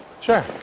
Sure